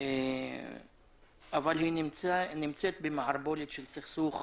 אבל היא נמצאת במערבולת של סכסוך